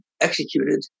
executed